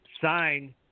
sign